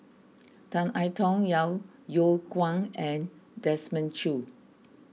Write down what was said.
Tan I Tong Yeo Yeow Kwang and Desmond Choo